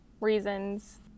reasons